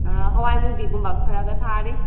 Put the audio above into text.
ꯑꯥ ꯍꯋꯥꯏꯃꯨꯕꯤꯒꯨꯝꯕ ꯈꯔꯒ ꯊꯥꯔꯤ